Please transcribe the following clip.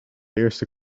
eerste